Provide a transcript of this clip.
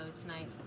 tonight